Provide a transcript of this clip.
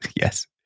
Yes